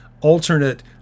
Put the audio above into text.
alternate